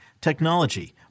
technology